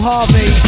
Harvey